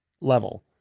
level